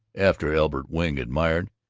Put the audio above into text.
afterward elbert wing admired,